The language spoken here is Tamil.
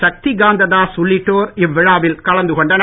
சக்தி காந்த தாஸ் உள்ளிட்டோர் இவ்விழாவில் கலந்து கொண்டனர்